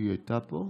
היא הייתה פה,